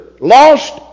Lost